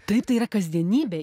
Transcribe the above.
tai yra kasdienybėj